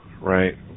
Right